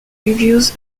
reviews